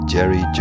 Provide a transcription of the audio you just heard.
Jerry